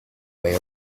way